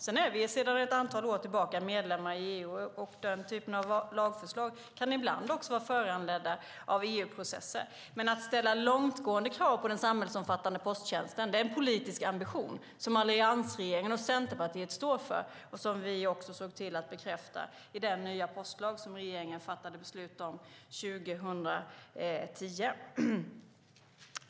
Vi är sedan ett antal år tillbaka medlemmar i EU, och den typen av lagförslag kan ibland också vara föranledda av EU-processer. Men att ställa långtgående krav på den samhällsomfattande posttjänsten är en politisk ambition som alliansregeringen och Centerpartiet står för och som vi såg till att bekräfta i den nya postlag som regeringen fattade beslut om 2010.